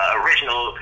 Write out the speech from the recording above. original